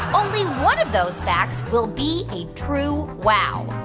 only one of those facts will be a true wow.